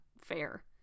fair